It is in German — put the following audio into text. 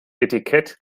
etikett